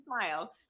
smile